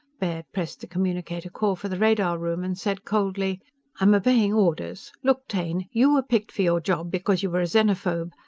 baird pressed the communicator call for the radar room and said coldly i'm obeying orders. look, taine! you were picked for your job because you were a xenophobe.